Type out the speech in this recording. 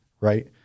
right